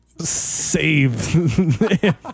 Save